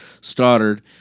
Stoddard